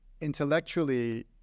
intellectually